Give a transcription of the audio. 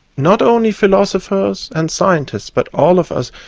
not only philosophers and scientists but all of us,